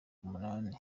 umunani